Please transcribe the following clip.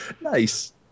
nice